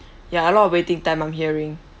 ya a lot of waiting time I'm hearing